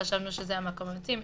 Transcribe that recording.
חשבנו שזה המקום המתאים.